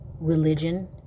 religion